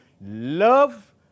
love